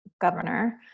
governor